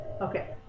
Okay